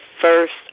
first